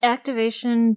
Activation